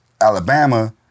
Alabama